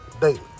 daily